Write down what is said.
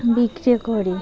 বিক্রি করি